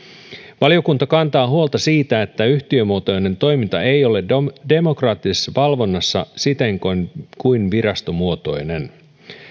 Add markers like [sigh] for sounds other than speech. [unintelligible] valiokunta kantaa huolta siitä että yhtiömuotoinen toiminta ei ole demokraattisessa valvonnassa siten kuin [unintelligible] kuin virastomuotoinen